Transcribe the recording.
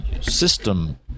system